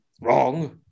Wrong